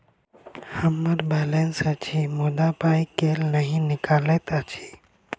हम्मर बैलेंस अछि मुदा पाई केल नहि निकलैत अछि?